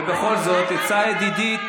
ובכל זאת, עצה, ידידי: